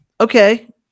Okay